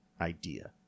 idea